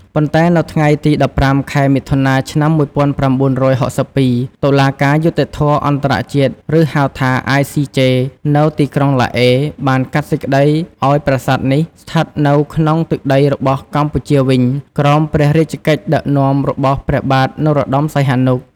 ប៉ុន្តែនៅថ្ងៃទី១៥ ខែមិថុនា ឆ្នាំ ១៩៦២ តុលាការយុត្តិធម៌អន្តរជាតិ ឬហៅថា ICJ នៅទីក្រុងឡាអេ បានកាត់សេចក្តីឱ្យប្រាសាទនេះស្ថិតនៅក្នុងទឹកដីរបស់កម្ពុជាវិញ ក្រោមព្រះរាជកិច្ចដឹកនាំរបស់ព្រះបាទនរោត្តម សីហនុ។